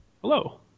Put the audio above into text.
Hello